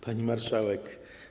Pani Marszałek!